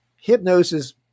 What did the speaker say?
hypnosis